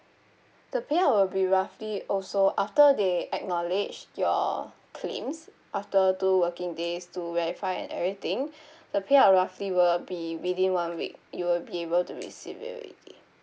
the payout will be roughly also after they acknowledged your claims after two working days to verify and everything the payout roughly will be within one week you will be able to receive it already